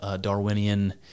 Darwinian